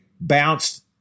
bounced